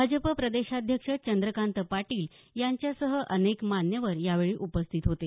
भाजप प्रदेशाध्यक्ष चंद्रकांत पाटील यांच्यासह अनेक मान्यवर यावेळी उपस्थित होते